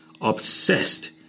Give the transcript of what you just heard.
obsessed